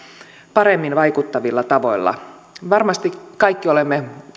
paremmin vaikuttavilla tavoilla varmasti kaikki olemme